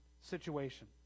situation